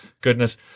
goodness